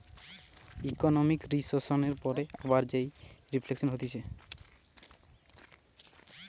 economic রিসেসনের পরে আবার যেই রিফ্লেকশান হতিছে